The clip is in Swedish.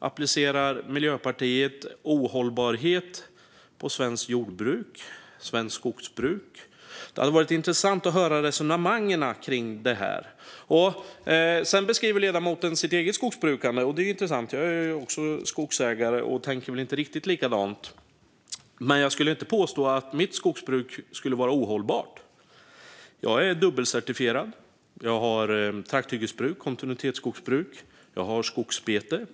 Applicerar Miljöpartiet "ohållbarhet" på svenskt jordbruk eller svenskt skogsbruk? Det hade varit intressant att höra resonemangen runt detta. Ledamoten beskrev också sitt eget skogsbruk, vilket var intressant. Jag är också skogsägare och tänker väl inte riktigt likadant. Jag skulle inte påstå att mitt skogsbruk är ohållbart. Jag är dubbelcertifierad. Jag har trakthyggesbruk och kontinuitetsskogsbruk. Jag har skogsbete.